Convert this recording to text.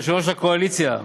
יושב-ראש הקואליציה,